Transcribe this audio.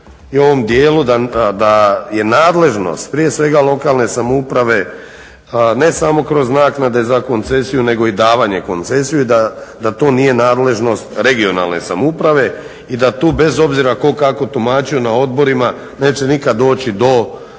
u ovom dijelu da je nadležnost prije svega lokalne samouprave, ne samo kroz naknade za koncesiju nego i davanje koncesije i da to nije nadležnost regionalne samouprave i da tu bez obzira ko kako tumačio na odborima neće nikad doći do